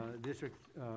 district